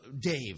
Dave